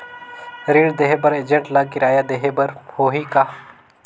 ऋण देहे बर एजेंट ला किराया देही बर होही का?